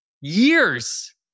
years